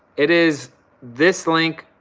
it is this link,